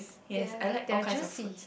ya they are juicy